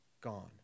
gone